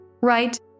right